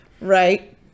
Right